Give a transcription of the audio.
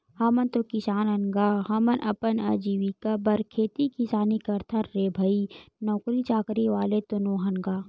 हमन तो किसान अन गा, हमन अपन अजीविका बर खेती किसानी करथन रे भई नौकरी चाकरी वाले तो नोहन गा